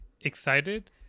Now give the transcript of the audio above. excited